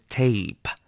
tape